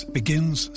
begins